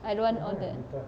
I don't want all that